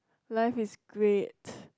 life is great